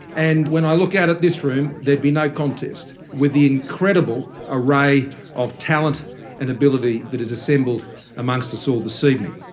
and when i look out at this room there'd be no contest, with the incredible array of talent and ability that is assembled amongst us all this evening.